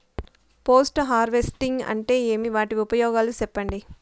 Post harvesting అంటే ఏమి? వాటి ఉపయోగాలు చెప్పండి?